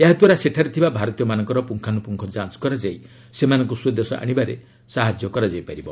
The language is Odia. ଏହାଦ୍ୱାରା ସେଠାରେ ଥିବା ଭାରତୀୟମାନଙ୍କର ପୁଙ୍ଗାନୁପୁଙ୍ଗ ଯାଞ୍ଚ କରାଯାଇ ସେମାନଙ୍କୁ ସ୍ୱଦେଶ ଆଣିବାରେ ସହାୟତା ମିଳିବ